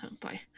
bye